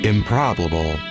Improbable